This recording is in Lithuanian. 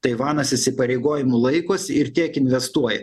taivanas įsipareigojimų laikosi ir tiek investuoja